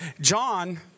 John